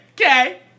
okay